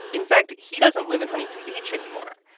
in fact, he doesn't live in huntington beach anymore.